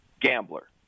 gambler